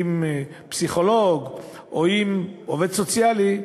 עם פסיכולוג או עם עובד סוציאלי.